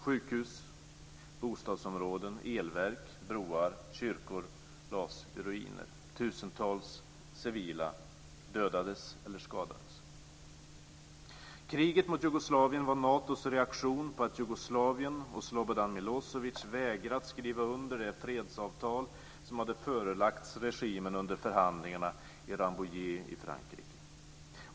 Sjukhus, bostadsområden, elverk, broar och kyrkor lades i ruiner. Kriget mot Jugoslavien var Natos reaktion på att Jugoslavien och Slobodan Milosevic vägrat att skriva under det fredsavtal som hade förelagts regimen under förhandlingarna i Rambouillet i Frankrike.